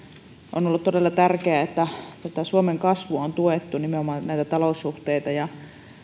on ollut todella tärkeää että suomen kasvua on tuettu nimenomaan näitä taloussuhteita ja